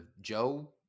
joe